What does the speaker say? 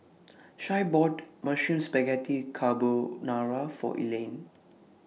Shae bought Mushroom Spaghetti Carbonara For Elaine